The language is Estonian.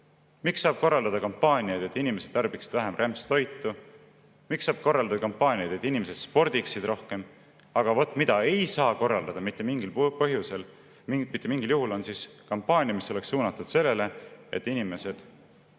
Miks saab korraldada kampaaniaid, et inimesed tarbiksid vähem rämpstoitu? Miks saab korraldada kampaaniaid, et inimesed spordiksid rohkem? Aga mida ei saa korraldada mitte mingil põhjusel, mitte mingil juhul, on kampaania, mis oleks suunatud sellele, et inimesed